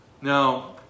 Now